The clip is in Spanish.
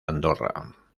andorra